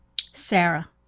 Sarah